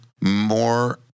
more